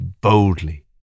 boldly